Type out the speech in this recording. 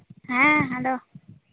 ᱦᱮᱸ ᱦᱮᱞᱳ